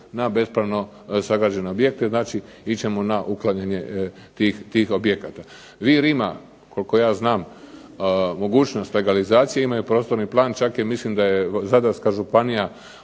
na bespravno sagrađene objekte, znači ići ćemo na uklanjanje tih objekata. Vir ima koliko ja znam mogućnost legalizacije, ima i prostorni plan. Čak i mislim da je Zadarska županija